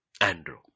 Andrew